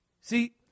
See